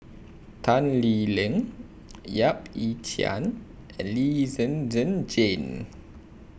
Tan Lee Leng Yap Ee Chian and Lee Zhen Zhen Jane